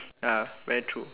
ya very true